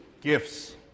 Gifts